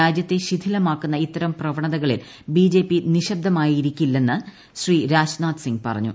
രാജ്യത്തെ ശിഥിലമാക്കുന്ന ഇത്തരം പ്രവണതകളിൽ ബിജെപി നിശ്ശബ്ദമായിരിക്കില്ലെന്ന് ശ്രീ രാജ്നാഥ് സിങ് പറഞ്ഞു